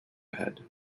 ahead